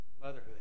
Motherhood